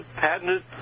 patented